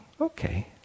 okay